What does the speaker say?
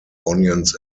onions